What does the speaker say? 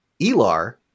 Elar